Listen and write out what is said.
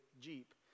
Jeep